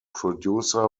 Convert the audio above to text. producer